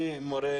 מי מורה